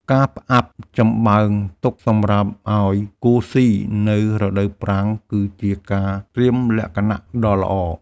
ការផ្អាប់ចំបើងទុកសម្រាប់ឱ្យគោស៊ីនៅរដូវប្រាំង គឺជាការត្រៀមលក្ខណៈដ៏ល្អ។